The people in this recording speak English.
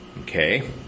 okay